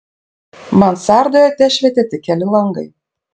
mansardoje tešvietė tik keli langai